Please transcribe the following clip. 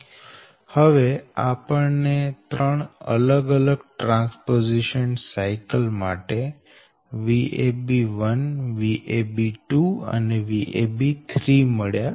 અહી આપણને ત્રણ અલગ અલગ ટ્રાન્સપોઝીશન સાયકલ માટેVabVabઅને Vabમળ્યા